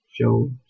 show